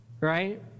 right